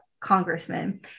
congressman